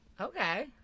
Okay